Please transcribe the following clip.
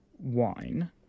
wine